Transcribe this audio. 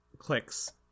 clicks